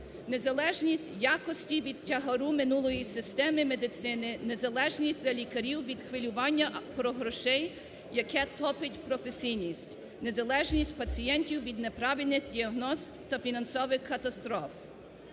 Незалежність в якості від тягаря минулої системи медицини, незалежність лікарів від хвилювання про гроші, яке топить професійність. Незалежність пацієнтів від неправильних діагносто-фінансових катастроф.